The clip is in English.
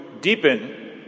deepen